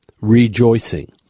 rejoicing